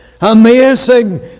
amazing